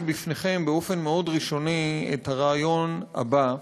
בפניכם באופן מאוד ראשוני את הרעיון הבא.